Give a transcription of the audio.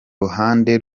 ruhande